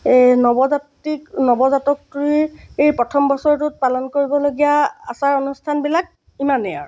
এই নৱজাতিক নৱজাতকটিৰ এই প্ৰথম বছৰটোত পালন কৰিবলগীয়া আচাৰ অনুষ্ঠানবিলাক ইমানেই আৰু